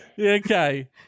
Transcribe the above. Okay